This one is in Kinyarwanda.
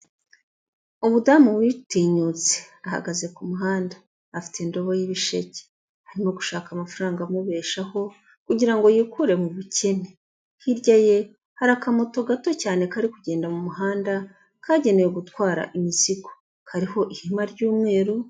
Umudamu witinyutse ahagaze kumuhanda afite indobo y'ibisheke arimo gushaka amafaranga amubeshaho, kugira ngo yikure mu bukene. Hirya ye hari akamoto gato cyane kari kugenda mumuhanda, kagenewe gutwara imizigo, karihori ihema ry'umweru.